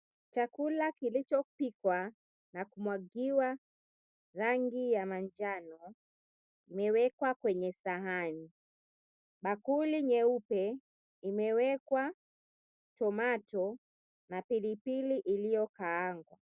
Chakula kilicho pikwa na kumwagiwa rangi ya manjano, kimewekwa kwenye sahani. Bakuli nyeupe imewekwa tomato na pilipili ilio kaangwa.